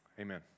Amen